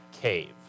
cave